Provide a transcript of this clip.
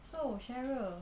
so cheryl